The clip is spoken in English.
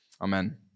Amen